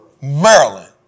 Maryland